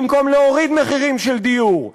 במקום להוריד מחירים של דיור,